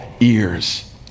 ears